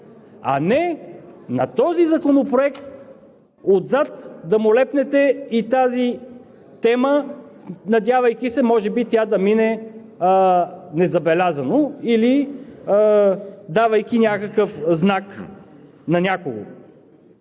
а не на този законопроект отзад да му лепнете и тази тема, надявайки се може би тя да мине незабелязано или давайки някакъв знак на някого.